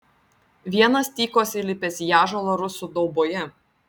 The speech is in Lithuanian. vienas tykos įlipęs į ąžuolą rusų dauboje